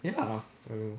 ya